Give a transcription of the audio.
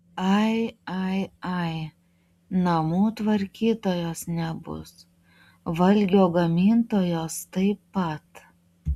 ai ai ai namų tvarkytojos nebus valgio gamintojos taip pat